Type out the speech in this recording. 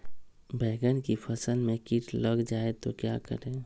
बैंगन की फसल में कीट लग जाए तो क्या करें?